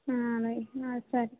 ಹಾಂ ಹಾಂ ಸರಿ